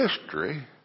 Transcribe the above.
history